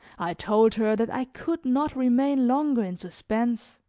i told her that i could not remain longer in suspense,